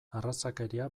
arrazakeria